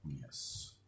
Yes